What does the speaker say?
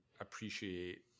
appreciate